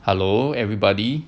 hello everybody